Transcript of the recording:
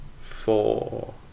four